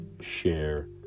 share